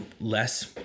less